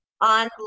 online